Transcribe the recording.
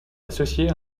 associé